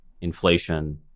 inflation